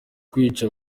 kwica